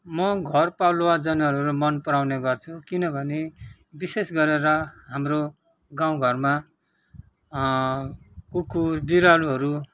म घरपालुवा जनावरहरू मन पराउने गर्छु किनभने विशेष गरेर हाम्रो गाउँ घरमा कुकुर बिरालोहरू